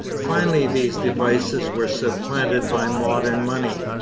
finally these devices were supplanted by modern money.